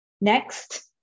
Next